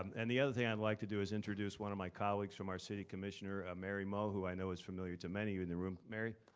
um and the other thing i'd like to do is introduce one of my colleagues from our city, commissioner mary moe who i know is familiar to many of you in the room. mary.